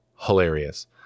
hilarious